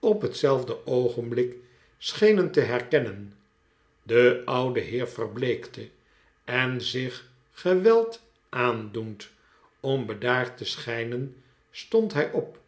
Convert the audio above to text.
op hetzelfde oogenblik schenen te herkennen de oude heer verbleekte en zlch geweld aandoend om bedaard te schijnen stond hij op